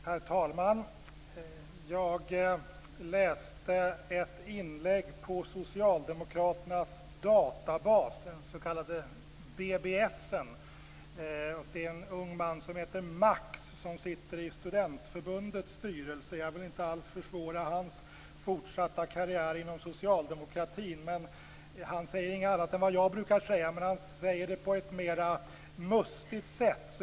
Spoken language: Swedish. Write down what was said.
Herr talman! Jag läste ett inlägg på socialdemokraternas databas av en ung man som heter Max och som sitter i Studentförbundets styrelse. Jag vill inte alls försvåra hans fortsatta karriär inom socialdemokratin, men han säger inget annat än vad jag brukar säga, han säger det bara på ett mera mustigt sätt.